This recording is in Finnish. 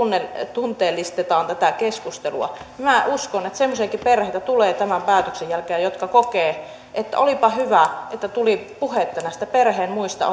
tunteellistetaan tätä keskustelua niin minä uskon että semmoisiakin perheitä tulee tämän päätöksen jälkeen jotka kokevat että olipa hyvä että tuli puhetta näistä perheen muista